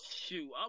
Shoot